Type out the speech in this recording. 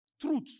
truth